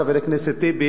חבר הכנסת טיבי,